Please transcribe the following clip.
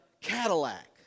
Cadillac